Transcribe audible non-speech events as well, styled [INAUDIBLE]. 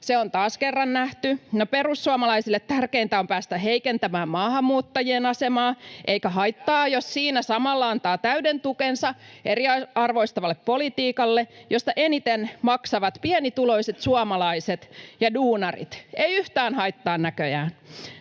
Se on taas kerran nähty. No, perussuomalaisille tärkeintä on päästä heikentämään maahanmuuttajien asemaa, [NOISE] eikä haittaa, jos siinä samalla antaa täyden tukensa eriarvoistavalle politiikalle, josta eniten maksavat pienituloiset suomalaiset ja duunarit. Ei yhtään haittaa näköjään.